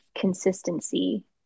consistency